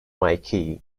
micro